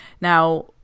now